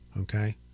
Okay